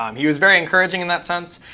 um he was very encouraging in that sense.